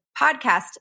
podcast